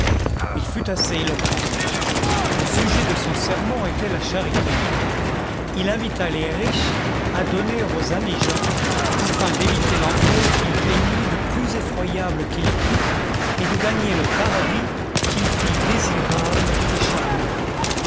il fut assez éloquent le sujet de son sermon était la charité il invita les riches à donner aux indigents afin d'éviter l'enfer qu'il peignit le plus effroyable qu'il put et de gagner le paradis qu'il fit désirable et charmant